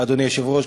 אדוני היושב-ראש,